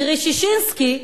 קרי ששינסקי,